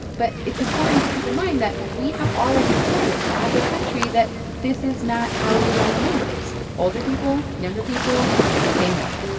but, it's important to keep in mind that we have already decided, as a country, that this is not how we run the numbers. older people, younger people same worth